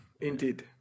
indeed